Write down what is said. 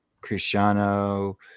Cristiano